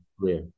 career